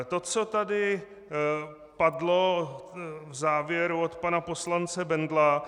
To, co tady padlo v závěru od pana poslance Bendla.